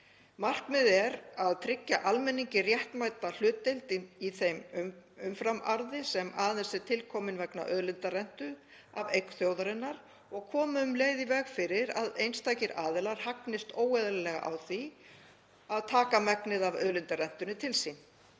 Markmiðið er að tryggja almenningi réttmæta hlutdeild í þeim umframarði sem aðeins er tilkominn vegna auðlindarentu af eigum þjóðarinnar og koma um leið í veg fyrir að einstakir aðilar hagnist óeðlilega á því að taka megnið af auðlindarentunni til sín.